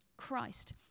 Christ